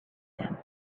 them